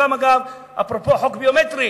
אפרופו חוק ביומטרי,